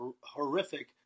horrific